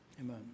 Amen